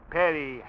Perry